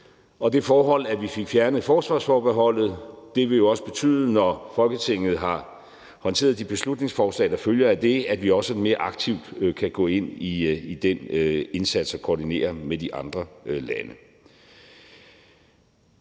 Og det forhold, at vi fik fjernet forsvarsforbeholdet, vil jo også betyde, at vi, når Folketinget har håndteret de beslutningsforslag, som følger af det, mere aktivt kan gå ind i den indsats og koordinere med de andre lande.